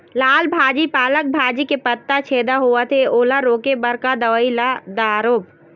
लाल भाजी पालक भाजी के पत्ता छेदा होवथे ओला रोके बर का दवई ला दारोब?